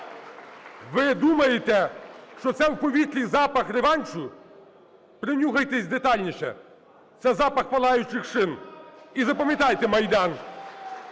Ви думаєте, що це у повітрі запах реваншу, принюхайтесь детальніше: це запах палаючих шин. І запам'ятайте Майдан!